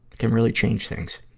can really change things.